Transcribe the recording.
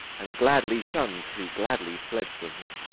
and gladly shunn'd who gladly fled from me.